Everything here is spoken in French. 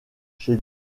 chez